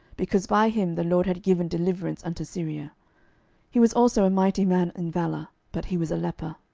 because by him the lord had given deliverance unto syria he was also a mighty man in valour, but he was a leper.